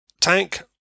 tank